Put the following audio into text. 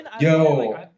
yo